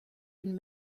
been